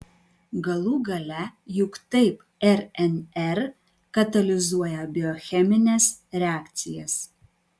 galų gale juk taip rnr katalizuoja biochemines reakcijas